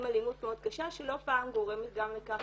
עם אלימות מאוד קשה שלא פעם גורמת גם לכך